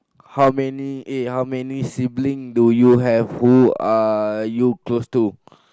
how many eh how many siblings do you have who are you close to